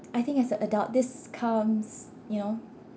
I think as a adult this comes you know